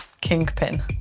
kingpin